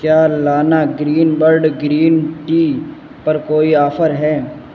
کیا لانا Green Bird green tea پر کوئی آفر ہے